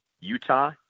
Utah